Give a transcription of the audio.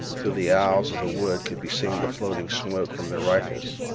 through the aisles of the wood could be seen the floating smoke from their rifles.